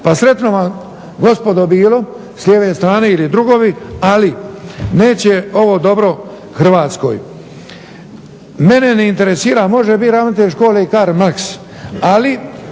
Pa sretno vam gospodo bilo s lijeve strane ili drugovi ali neće ovo dobro Hrvatskoj. Mene ne interesira može biti ravnatelj škole i Karl Marx, ali